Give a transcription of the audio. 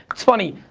it's funny,